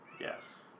Yes